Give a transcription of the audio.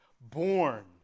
born